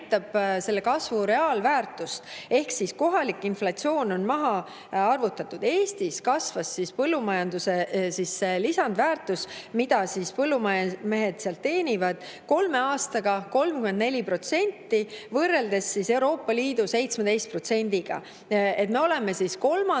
kasvu reaalväärtust, ehk siis kohalik inflatsioon on maha arvutatud. Eestis kasvas põllumajanduse lisandväärtus, mida põllumehed teenivad, kolme aastaga 34% võrreldes Euroopa Liidu 17%-ga. Me oleme kolmandad